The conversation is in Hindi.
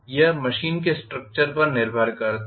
यह मशीन के स्ट्रक्चर पर निर्भर करता है